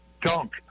dunk